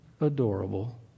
adorable